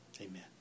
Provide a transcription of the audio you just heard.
Amen